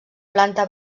planta